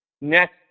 next